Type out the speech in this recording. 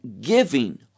giving